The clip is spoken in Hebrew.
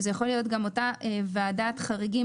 שזו יכולה להיות גם אותה ועדת חריגים